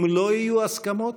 אם לא יהיו הסכמות,